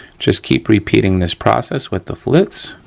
just keep repeating this process with the flitz,